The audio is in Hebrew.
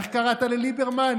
איך קראת לליברמן,